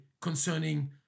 concerning